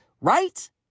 right